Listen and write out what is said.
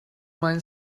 mind